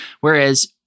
Whereas